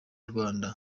rwanda